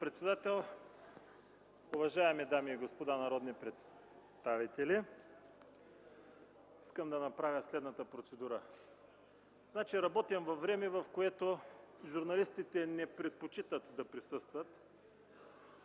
председател, уважаеми дами и господа народни представители! Искам да направя процедура. Работим във време, в което журналистите не предпочитат да присъстват.